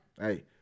Hey